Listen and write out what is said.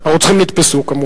הרוצחים נתפסו, כמובן.